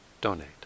donate